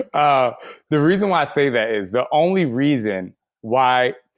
ah the reason why i say that is the only reason why.